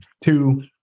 Two